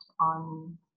on